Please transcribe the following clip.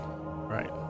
Right